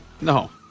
No